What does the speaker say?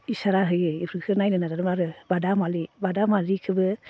इसारा होयो इफोरखो नायनो नाजादोंमोन आरो बादामालि बादामालिखोबो